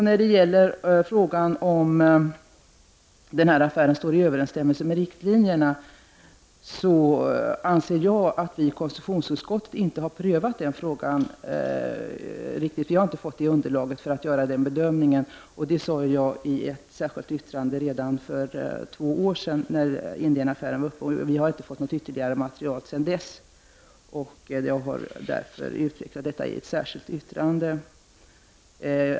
När det gäller frågan om huruvida den här affären står i överensstämmelse med riktlinjerna anser jag att vi i konstitutionsutskottet inte har prövat frågan riktigt. Vi har inte fått underlag för att göra en bedömning, vilket jag framhöll i ett särskilt yttrande redan för två år sedan, när Indienaffären var uppe. Sedan dess har vi inte fått något ytterligare material, varför våra synpunkter har utvecklats i ett särskilt yttrande.